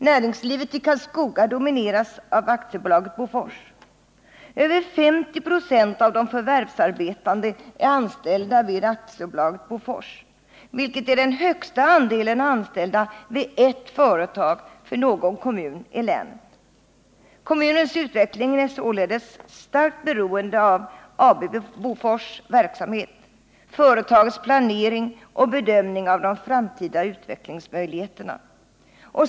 Näringslivet i Karlskoga domineras av AB Bofors. Över 50 96 av de förvärvsarbetande är anställda vid AB Bofors, vilket är den högsta andelen anställda vid ert företag för någon kommun i länet. Kommunens utveckling är således starkt beroende av AB Bofors verksamhet, företagets planering och bedömning av de framtida utvecklingsmöjligheterna.